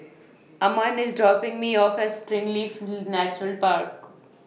Amon IS dropping Me off At Springleaf Nature Park